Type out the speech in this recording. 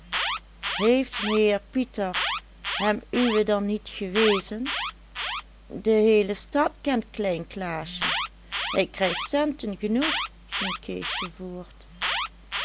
heeft meheer pieter hem uwe dan niet gewezen de heele stad kent klein klaasje hij krijgt centen genoeg ging keesje voort